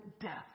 death